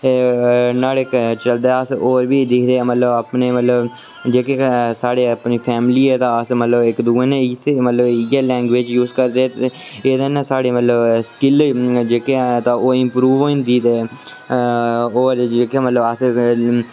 न्हाड़े चलदे अस होर बी दिक्खदे मतलब अपने मतलब जेह्की साढ़ी अपनी फैमली ऐ तां अस मतलब इक दुए कन्नै बी मतलब इ'यै लैंग्वेज़ यूज़ करदे ते एह्दे कन्नै साढ़ी मतलब स्किल जेह्की ऐ तां ओह् इंप्रूव होई जंदी होर जेह्के मतलब अस